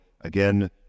again